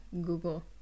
Google